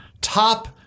top